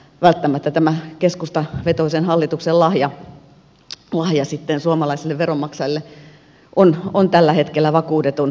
nythän olemme nähneet että tämä keskustavetoisen hallituksen lahja suomalaisille veronmaksajille on tällä hetkellä vakuudeton